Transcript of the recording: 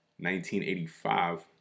1985